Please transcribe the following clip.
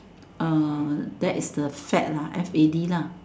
uh that is the fad lah F A D lah